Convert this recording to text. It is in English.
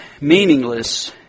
meaningless